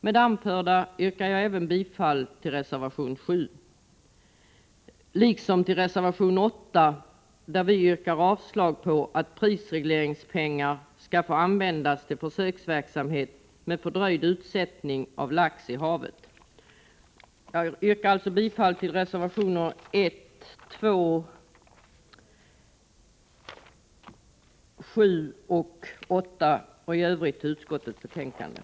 Med det anförda yrkar jag bifall även till reservation 7, liksom till reservation 8, i vilken vi yrkar avslag på förslaget om att prisregleringspengar skall få användas till försöksverksamhet beträffande fördröjning av utsättning av lax i havet. Jag yrkar således bifall till reservationerna 1, 2, 7 och 8 samt i övrigt till utskottets hemställan.